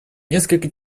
несколько